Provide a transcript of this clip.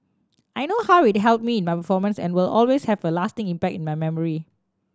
I know how it helped me in my performance and will always have a lasting impact in my memory